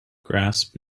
grasp